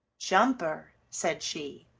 jumper, said she,